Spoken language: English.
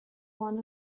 one